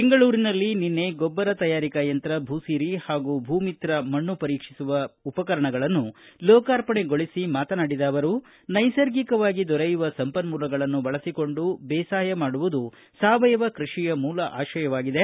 ಬೆಂಗಳೂರಿನಲ್ಲಿ ನಿನ್ನೆ ಗೊಬ್ಬರ ತಯಾರಿಕಾ ಯಂತ್ರ ಭೂಸಿರಿ ಹಾಗೂ ಭೂ ಮಿತ್ರ ಮಣ್ಣು ಪರೀಕ್ಷಿಸುವ ಉಪಕರಣಗಳನ್ನು ಲೋಕಾರ್ಪಣೆಗೊಳಿಸಿ ಮಾತನಾಡಿದ ಅವರು ನೈಸರ್ಗಿಕವಾಗಿ ದೊರೆಯುವ ಸಂಪನ್ಮೂಲಗಳನ್ನು ಬಳಸಿಕೊಂಡು ಬೇಸಾಯ ಮಾಡುವುದು ಸಾವಯವ ಕೃಷಿಯ ಮೂಲ ಆಶಯವಾಗಿದೆ